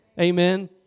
amen